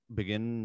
begin